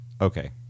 Okay